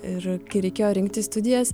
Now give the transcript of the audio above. ir kai reikėjo rinktis studijas